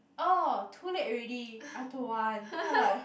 orh too late already I don't want then I like